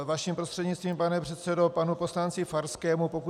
Vaším prostřednictvím, pane předsedo, k panu poslanci Farskému.